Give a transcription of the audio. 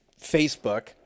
Facebook